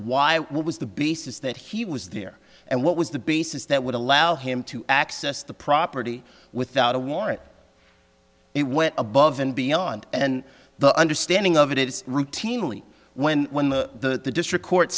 why what was the basis that he was there and what was the basis that would allow him to access the property without a warrant it went above and beyond and the understanding of it is routinely when when the district court